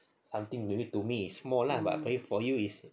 something maybe to me is small lah but to you is